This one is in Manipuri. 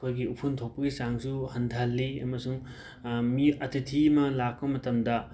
ꯑꯩꯈꯣꯏꯒꯤ ꯎꯐꯨꯟ ꯊꯣꯛꯄꯒꯤ ꯆꯥꯡꯁꯨ ꯍꯟꯊꯍꯜꯂꯤ ꯑꯃꯁꯨꯡ ꯃꯤ ꯑꯇꯤꯊꯤ ꯑꯃ ꯂꯥꯛꯄ ꯃꯇꯝꯗ